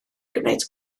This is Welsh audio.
gwneud